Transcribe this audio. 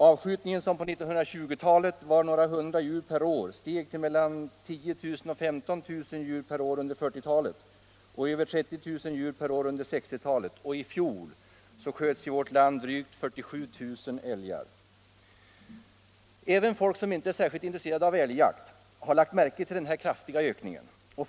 Avskjutningen, som på 1920 talet var några hundra djur per år, steg till mellan 10000 och 15 000 djur per år under 1940-talet och till över 30 000 djur per år under 1960 talet. I fjol sköts i vårt land drygt 47 000 älgar. Även folk som inte är särskilt intresserade av älgjakt har lagt märke till den kraftiga ökningen av älgstammen.